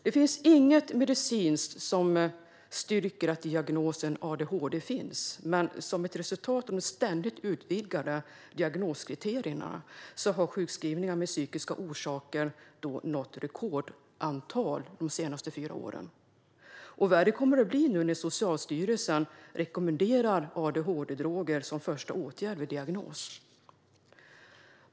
Det finns inget medicinskt som styrker att diagnosen adhd finns, men som ett resultat av de ständigt utvidgade diagnoskriterierna har sjukskrivningar med psykiska orsaker nått rekordantal de senaste fyra åren. Värre kommer det också att bli nu när Socialstyrelsen rekommenderar adhd-droger som första åtgärd vid diagnos.